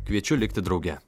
kviečiu likti drauge